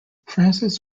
francis